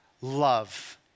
love